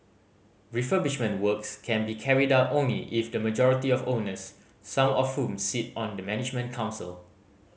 refurbishment works can be carried out only if the majority of owners some of whom sit on the management council